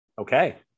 Okay